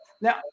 Now